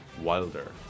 Wilder